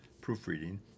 proofreading